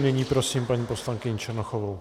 Nyní prosím paní poslankyni Černochovou.